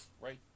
Right